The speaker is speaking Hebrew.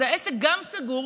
העסק גם סגור,